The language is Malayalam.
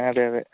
അതെ അതെ